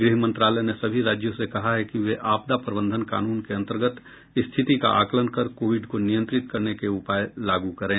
गृह मंत्रालय ने सभी राज्यों से कहा है कि वे आपदा प्रबंधन कानून के अंतर्गत स्थिति का आकलन कर कोविड को नियंत्रित करने के उपाय लागू करें